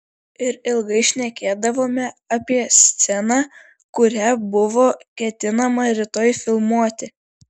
ir ilgai šnekėdavome apie sceną kurią buvo ketinama rytoj filmuoti